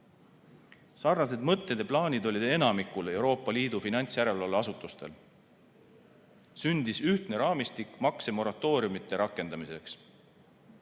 Sarnased mõtted ja plaanid olid enamikul Euroopa Liidu finantsjärelevalveasutustel. Sündis ühtne raamistik maksemoratooriumide rakendamiseks.